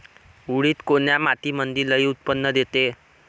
उडीद कोन्या मातीमंदी लई उत्पन्न देते?